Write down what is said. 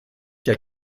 der